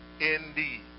indeed